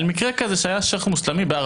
על מקרה כזה שהיה שייח' מוסלמי בהר